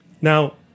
Now